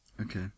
Okay